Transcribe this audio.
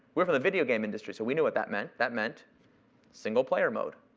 we're from the video game industry. so we knew what that meant. that meant single-player mode.